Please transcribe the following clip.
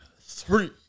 three